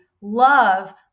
love